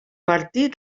partir